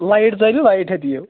light زٲلِو لَیِٹ ہیٚتھ یِیِو